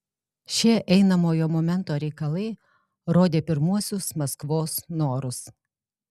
šie einamojo momento reikalai rodė pirmuosius maskvos norus